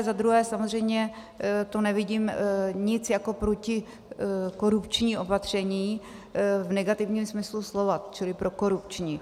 Za druhé, samozřejmě tu nevidím nic jako protikorupční opatření v negativním smyslu slova, čili prokorupční.